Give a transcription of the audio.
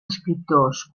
escriptors